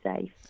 safe